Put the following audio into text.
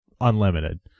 unlimited